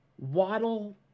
Waddle